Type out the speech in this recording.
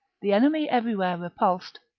the enemy everywhere repulsed,